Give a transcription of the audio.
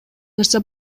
нерсе